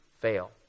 fail